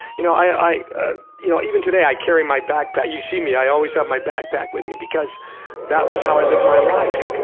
you know ah you know even today i carry my backpack, you see me, i always have my backpack with me because that was how i lived my life.